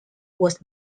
was